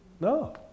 No